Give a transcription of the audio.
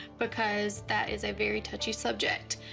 because that is a very touchy subject.